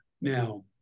Now